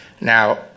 now